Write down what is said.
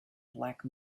black